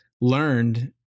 learned